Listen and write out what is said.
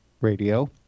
radio